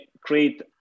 create